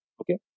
Okay